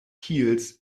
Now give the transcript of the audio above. kiels